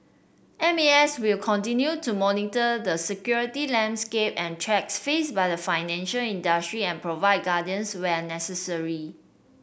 M A S will continue to monitor the security landscape and threats faced by the financial industry and provide guardians where necessary